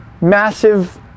Massive